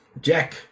Jack